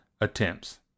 attempts